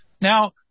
Now